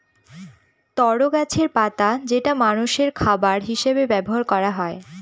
তরো গাছের পাতা যেটা মানষের খাবার হিসেবে ব্যবহার করা হয়